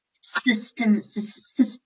system